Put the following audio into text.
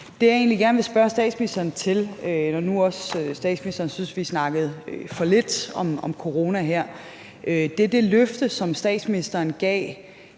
egentlig gerne vil spørge statsministeren til, når nu statsministeren synes, at vi har snakket for lidt om corona her, er det løfte, som statsministeren gav